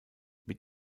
mit